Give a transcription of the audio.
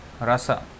rasa